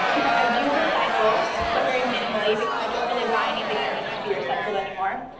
but i do recycle, but very minimally because i don't really buy anything that needs to be recycled anymore.